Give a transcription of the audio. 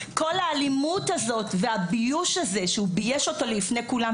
כל האלימות הזאת והביוש הזה שהוא בייש אותו לפני כולם,